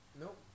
Nope